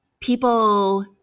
people